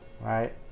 right